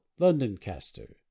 Londoncaster